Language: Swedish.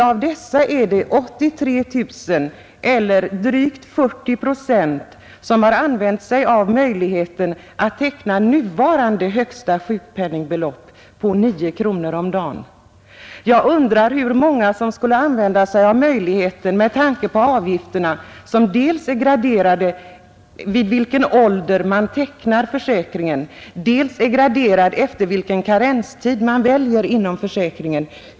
Av dessa är det 83 000, eller drygt 40 procent, som har använt sig av möjligheten att teckna nuvarande högsta sjukpenningtillägg på 9 kronor om dagen. Jag undrar hur många som skulle använda sig av den nu föreslagna möjligheten med tanke på avgifterna som dels är graderade efter vid vilken ålder man tecknar försäkringen, dels är graderade efter vilken karenstid man väljer inom försäkringen.